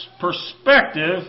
perspective